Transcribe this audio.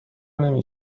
نمی